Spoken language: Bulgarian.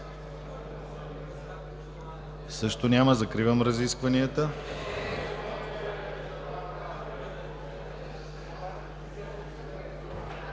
Също няма. Закривам разискванията.